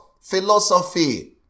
Philosophy